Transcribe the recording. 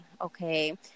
Okay